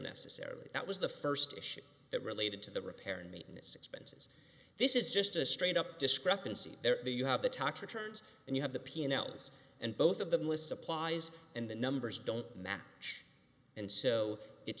necessarily that was the first issue that related to the repair and maintenance expenses this is just a straight up discrepancy there you have the tax returns and you have the p n l's and both of them with supplies and the numbers don't match and so it